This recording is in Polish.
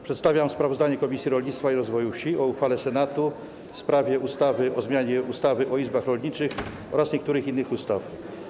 Przedstawiam sprawozdanie Komisji Rolnictwa i Rozwoju Wsi o uchwale Senatu w sprawie ustawy o zmianie ustawy o izbach rolniczych oraz niektórych innych ustaw.